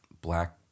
black